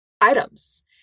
items